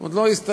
עוד לא הסתיים.